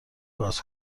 باز